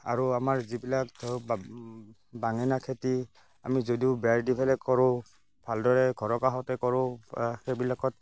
আৰু আমাৰ যিবিলাক ধৰক বেঙেনা খেতি আমি যদিও বেৰ দি পেলাই কৰোঁ ভালদৰে ঘৰৰ কাষতে কৰোঁ সেইবিলাকত